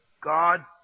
God